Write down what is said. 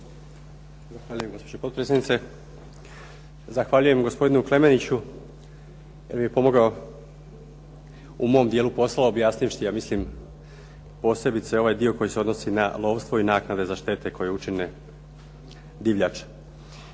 Zahvaljujem gospodinu Klemeniću jer mi je pomogao u mom dijelu posla objasnivši ja mislim posebice ovaj dio koji se odnosi na lovstvo i naknade za štete koje učine divljač.